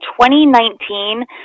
2019